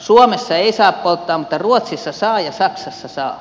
suomessa ei saa polttaa mutta ruotsissa saa ja saksassa saa